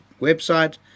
website